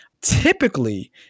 Typically